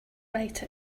write